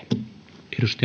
arvoisa